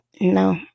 No